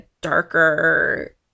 darker